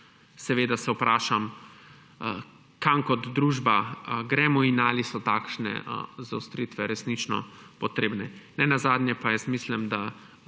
seveda vprašam, kam kot družba gremo in ali so takšne zaostritve resnično potrebne. Nenazadnje pa mislim, da